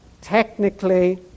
technically